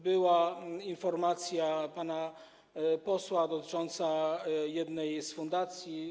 Była informacja pana posła dotycząca jednej z fundacji.